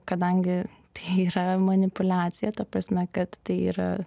kadangi tai yra manipuliacija ta prasme kad tai yra